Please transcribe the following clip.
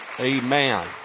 Amen